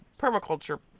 permaculture